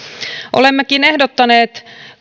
olemmekin ehdottaneet